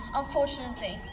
unfortunately